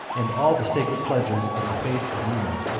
and all the sacred pledges of the faith of numa.